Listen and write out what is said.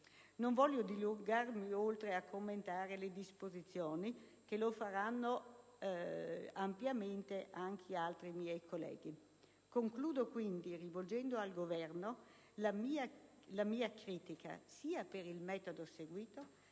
Non voglio dilungarmi oltre a commentare altre disposizioni, perché lo faranno ampiamente altri miei colleghi. Concludo quindi rivolgendo al Governo la mia critica, sia per il metodo seguito